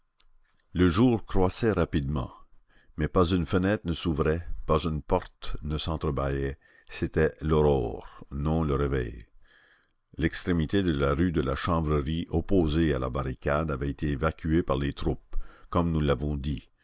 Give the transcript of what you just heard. le jour croissait rapidement mais pas une fenêtre ne s'ouvrait pas une porte ne sentre bâillait c'était l'aurore non le réveil l'extrémité de la rue de la chanvrerie opposée à la barricade avait été évacuée par les troupes comme nous l'avons dit